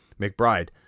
McBride